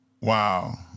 Wow